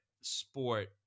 sport